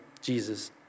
Jesus